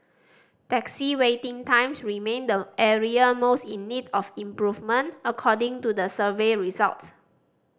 taxi waiting times remained the area most in need of improvement according to the survey results